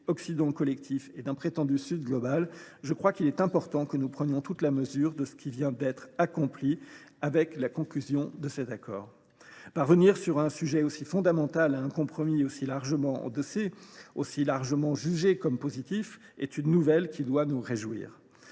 Occident collectif et d’un prétendu Sud global, il me semble important de prendre toute la mesure de ce qui vient d’être accompli au travers de la conclusion de cet accord : parvenir, sur un sujet aussi fondamental, à un compromis aussi largement endossé et considéré comme positif est une nouvelle qui doit nous réjouir.